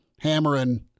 hammering